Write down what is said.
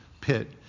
pit